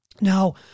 Now